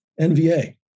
NVA